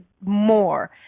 more